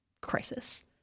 crisis